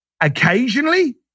Occasionally